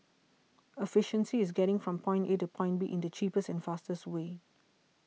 efficiency is getting from point A to point B in the cheapest and fastest way